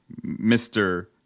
Mr